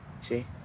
See